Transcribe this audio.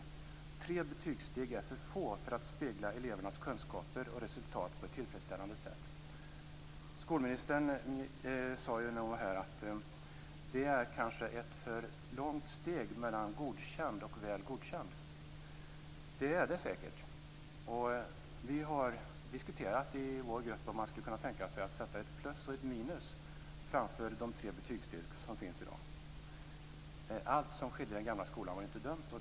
Tre betygssteg är för få för att spegla elevernas kunskaper och resultat på ett tillfredsställande sätt. Skolministern sade att det är ett för långt steg mellan Godkänd och Väl godkänd. Det är det säkert. Vi har i vår grupp diskuterat om det går att tänka sig att sätta ett plus eller minus framför de tre betygssteg som finns i dag. Allt som skedde i den gamla skolan var inte dumt.